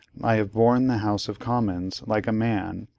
i have borne the house of commons like a man,